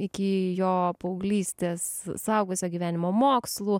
iki jo paauglystės suaugusio gyvenimo mokslų